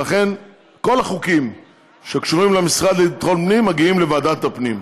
ולכן כל החוקים שקשורים למשרד לביטחון פנים מגיעים לוועדת הפנים.